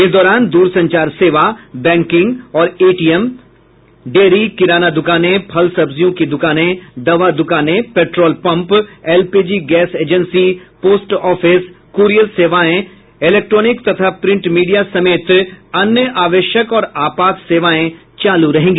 इस दौरान दूरसंचार सेवा बैंकिंग और एटीएम सेवाएं डेयरी किराना दुकानें फल सब्जियों के दुकाने दवा दुकाने petrol pump LPG gas agency post office courier सेवाएं और इलेक्ट्रॉनिक तथा प्रिंट मीडिया समेत अन्य आवश्यक और आपात सेवाएं चालू रहेंगी